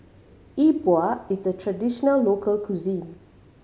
E Bua is a traditional local cuisine